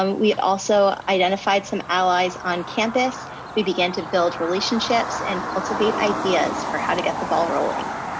um we and also identified some allies on campus. we began to build relationships and cultivate ideas for how to get the ball rolling.